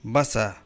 Basa